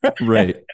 Right